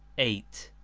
eight,